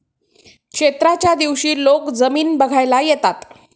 क्षेत्राच्या दिवशी लोक जमीन बघायला येतात